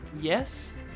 yes